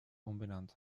umbenannt